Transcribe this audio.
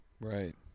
Right